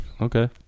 Okay